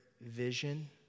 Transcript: vision